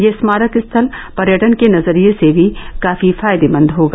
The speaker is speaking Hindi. यह स्मारक स्थल पर्यटन के नजरिये से भी काफी फायदेमंद होगा